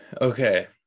Okay